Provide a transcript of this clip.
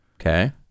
Okay